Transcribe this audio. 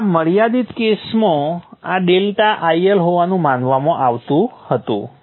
તેથી આ મર્યાદિત કેસમાં આ ડેલ્ટા IL હોવાનું માનવામાં આવતું હતું